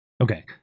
Okay